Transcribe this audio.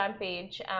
page